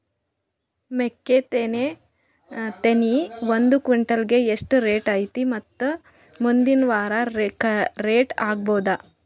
ಮೆಕ್ಕಿ ತೆನಿ ಒಂದು ಕ್ವಿಂಟಾಲ್ ಗೆ ಎಷ್ಟು ರೇಟು ಐತಿ ಮತ್ತು ಮುಂದಿನ ವಾರ ರೇಟ್ ಹಾರಬಹುದ?